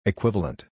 Equivalent